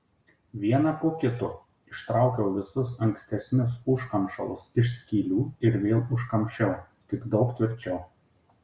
vieną po kito ištraukiau visus ankstesnius užkamšalus iš skylių ir vėl užkamšiau tik daug tvirčiau